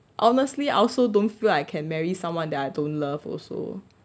honestly I also don't feel I can marry someone that I don't love also